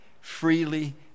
freely